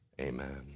Amen